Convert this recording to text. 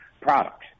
products